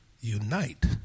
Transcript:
unite